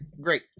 Great